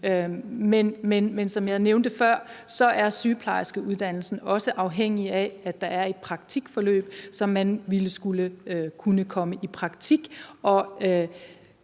men som jeg nævnte før, er sygeplejerskeuddannelsen også afhængig af, at der er et praktikforløb, så man ville skulle kunne komme i praktik.